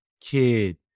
kid